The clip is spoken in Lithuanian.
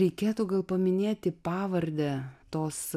reikėtų gal paminėti pavardę tos